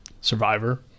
Survivor